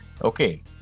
okay